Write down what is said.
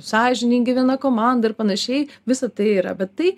sąžiningi viena komanda ir panašiai visa tai yra va tai